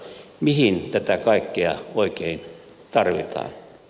mihin tätä kaikkea oikein tarvitaan